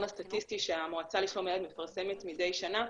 הסטטיסטי שהמועצה לשלום הילד מפרסמת מדי שנה,